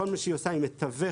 כול מה שהיא עושה, היא מתווכת